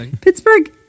Pittsburgh